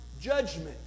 judgment